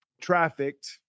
trafficked